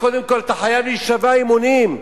קודם כול, אתה חייב להישבע אמונים.